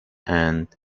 and